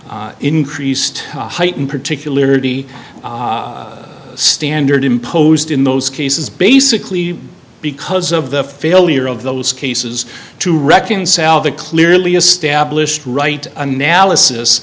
the increased heightened particularly standard imposed in those cases basically because of the failure of those cases to reconcile the clearly established right analysis